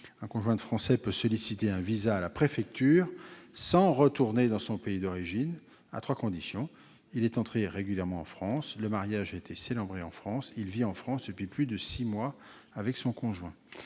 un conjoint de Français peut solliciter un visa à la préfecture sans retourner dans son pays d'origine, à trois conditions : il est entré régulièrement en France ; le mariage a été célébré en France ; il vit en France depuis plus de six mois avec son conjoint.